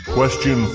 Question